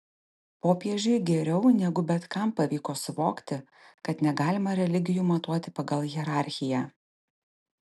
popiežiui geriau negu bet kam pavyko suvokti kad negalima religijų matuoti pagal hierarchiją